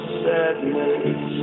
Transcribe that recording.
sadness